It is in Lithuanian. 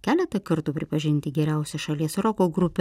keletą kartų pripažinti geriausia šalies roko grupe